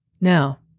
Now